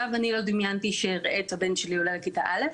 אגב אני לא דמיינתי שאראה את הבן שלי עולה לכיתה א'